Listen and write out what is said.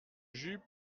jupe